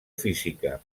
física